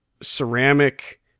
ceramic